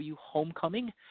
Homecoming